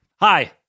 Hi